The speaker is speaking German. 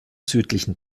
südlichen